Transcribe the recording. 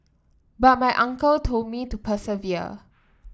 but my uncle told me to persevere